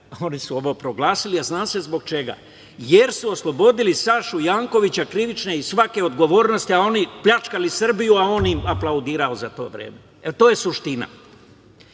Oni su ovo proglasili, a zna se zbog čega - jer su oslobodili Sašu Jankovića krivične i svake odgovornosti, oni pljačkali Srbiju a on im aplaudirao za to vreme. E, to je suština. Saša